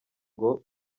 ngo